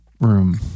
room